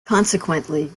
consequently